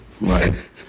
Right